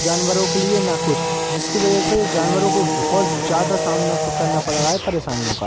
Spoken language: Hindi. जानवरो के लिए न कुछ जिसके वजह से जानवरो को बहुत ज्यादा सामना प करना पड़ रहा है परेशानियों का